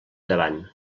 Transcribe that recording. davant